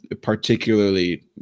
particularly